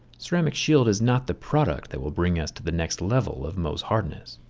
ceramic shield is not the product that will bring us to the next level of mohs hardness.